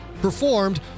Performed